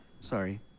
Sorry